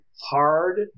hard